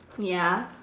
ya